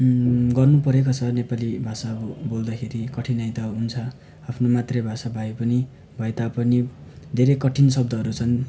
गर्नुपरेको छ नेपाली भाषा अब बोल्दाखेरि कठिनाई त हुन्छ आफ्नो मातृभाषा भए पनि भए तापनि धेरै कठिन शब्दहरू छन्